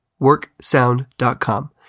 Worksound.com